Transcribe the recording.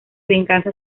venganza